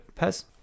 pez